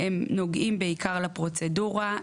הם נוגעים בעיקר לפרוצדורה,